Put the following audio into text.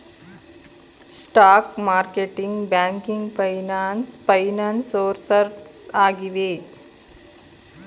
stock marketing, banking finance finance sources ಆಗಿವೆ